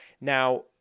Now